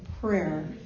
prayer